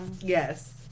Yes